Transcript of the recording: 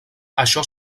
això